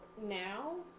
now